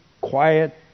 quiet